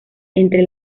entre